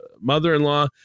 mother-in-law